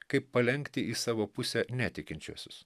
kaip palenkti į savo pusę netikinčiuosius